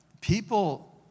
people